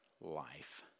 life